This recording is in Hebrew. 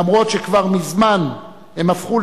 אף-על-פי שכבר מזמן הם הפכו,